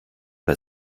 bei